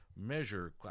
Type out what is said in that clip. measure